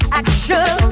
action